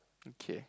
okay